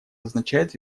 означает